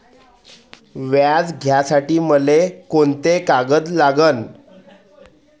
व्याज घ्यासाठी मले कोंते कागद लागन?